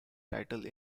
title